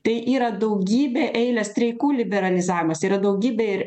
tai yra daugybė eilę streikų liberalizavimas yra daugybė